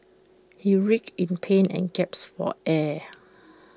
he writhed in pain and gasped for air